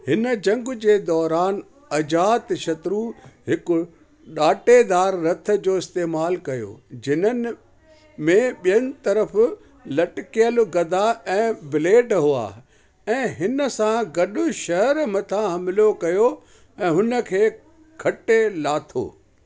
हिन जंग जे दौरान अजातशत्रु हिकु डाटेदार रथ जो इस्तेमालु कयो जिनि में ॿियुनि तरफ़ लटकियलु गदा ऐं ब्लेड हुआ ऐं हिन सां गॾु शहरु मथां हमिलो कयो ऐं हुन खे खटे लाथो